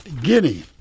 Guinea